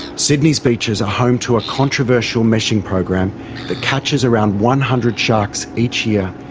sydney's beaches are home to a controversial meshing program that catches around one hundred sharks each year,